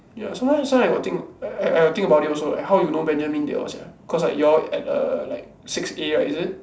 ya sometimes sometimes I got think I I I think about it also leh how you know Benjamin they all sia cause like y'all at err like six A right is it